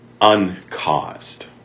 uncaused